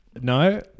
No